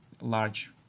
large